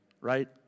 Right